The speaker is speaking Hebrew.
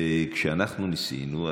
כשאנחנו ניסינו,